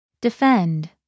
Defend